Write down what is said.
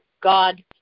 God